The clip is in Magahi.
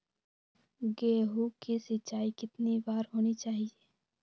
गेहु की सिंचाई कितनी बार होनी चाहिए?